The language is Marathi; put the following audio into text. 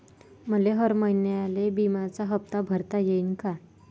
मले हर महिन्याले बिम्याचा हप्ता भरता येईन का?